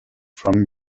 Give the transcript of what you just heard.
from